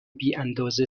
بیاندازه